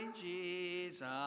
Jesus